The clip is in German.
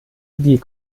die